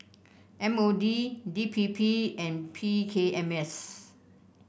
M O D D P P and P K M S